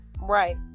Right